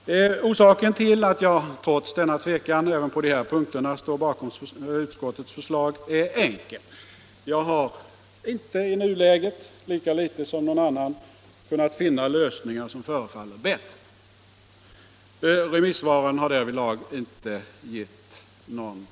Orsaken till att jag trots denna tvekan står bakom utskottets förslag även på dessa punkter är enkel. Lika litet som någon annan har jag i nuläget kunnat finna lösningar som förefaller bättre. Remissvaren har därvidlag inte givit någon hjälp.